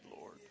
Lord